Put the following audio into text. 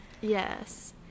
Yes